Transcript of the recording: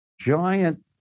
giant